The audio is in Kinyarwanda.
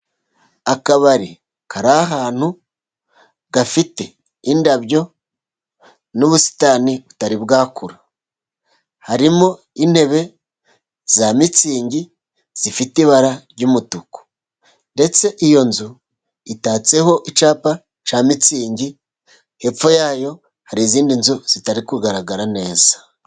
Akabari kari ahantu gafite indabo n'ubusitani butari bwakura, harimo intebe za mitsingi zifite ibara ry'umutuku ndetse iyo nzu itatseho icyapa cya mitsingi. Hepfo yayo hari izindi nzu zitari kugaragara neza.